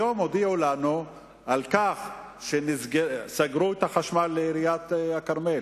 היום הודיעו לנו על כך שסגרו את החשמל לעיריית הכרמל.